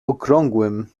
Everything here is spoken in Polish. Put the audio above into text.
okrągłym